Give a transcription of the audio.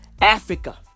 Africa